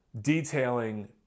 detailing